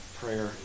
prayer